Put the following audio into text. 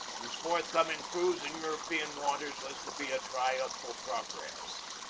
whose forthcoming cruise in european waters was to be a triumphal progress.